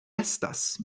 estas